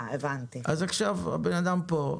עכשיו האדם נמצא פה.